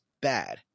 bad